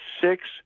six